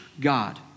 God